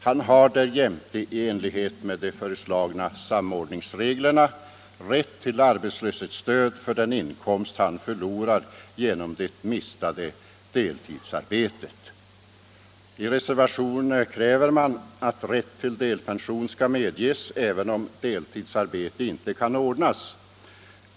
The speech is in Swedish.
Han har därjämte i enlighet med de föreslagna samordningsreglerna rätt till arbetslöshetsstöd för den inkomst han förlorat på grund av det mistade deltidsarbetet. I en reservation krävs att rätt till delpension skall medges även om deltidsarbete inte kan ordnas.